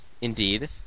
indeed